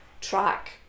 track